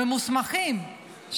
ממוסמכים,